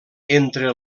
entre